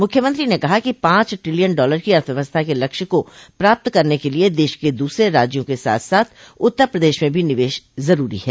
मुख्यमंत्री ने कहा कि पांच ट्रिलियन डॉलर की अर्थव्यवस्था के लक्ष्य को प्राप्त करने के लिये देश के दूसरे राज्यों के साथ साथ उत्तर प्रदेश में भी निवेश जरूरी है